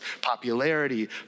popularity